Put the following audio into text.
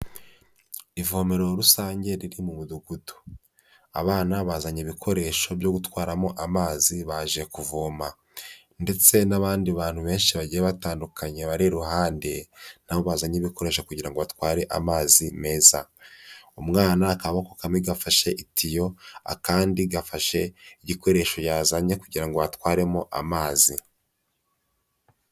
Ivomero rusange riri mu mudugudu, abana bazanye ibikoresho byo gutwaramo amazi baje kuvoma, ndetse n'abandi bantu benshi bagiye batandukanye bari iruhande na bo bazanye ibikoresho kugira ngo batware amazi meza, umwana akaboko kamwe gafashe itiyo akandi gafashe igikoresho yazanye kugira ngo atwaremo amazi.